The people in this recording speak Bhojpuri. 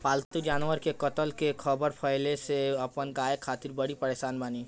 पाल्तु जानवर के कत्ल के ख़बर फैले से हम अपना गाय खातिर बड़ी परेशान बानी